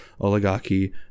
oligarchy